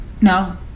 No